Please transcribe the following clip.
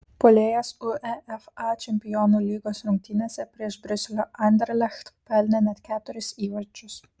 puolėjas uefa čempionų lygos rungtynėse prieš briuselio anderlecht pelnė net keturis įvarčius